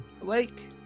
awake